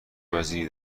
وزیری